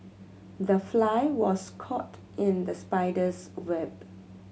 the fly was caught in the spider's web